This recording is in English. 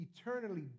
eternally